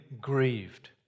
grieved